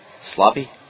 Sloppy